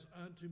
unto